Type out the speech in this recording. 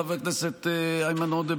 חבר הכנסת איימן עודה,